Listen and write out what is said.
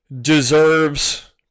deserves